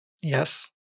Yes